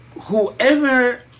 whoever